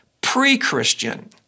pre-Christian